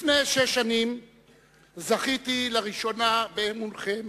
לפני שש שנים זכיתי לראשונה באמונכם,